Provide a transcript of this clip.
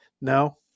No